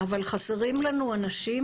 אבל חסרים לנו אנשים,